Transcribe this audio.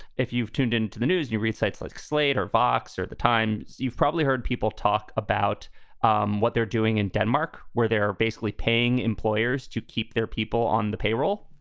if you've tuned into the news, you read sites like slate or fox or the time you've probably heard people talk about um what they're doing in denmark, where they're basically paying employers to keep their people on the payroll.